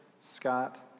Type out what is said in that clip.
Scott